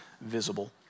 visible